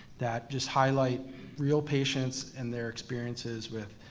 that just highlight real patients and their experiences with